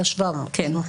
כן.